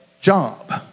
job